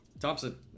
thompson